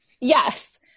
yes